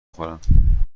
خورم